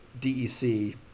DEC